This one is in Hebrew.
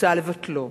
מוצע לבטלו.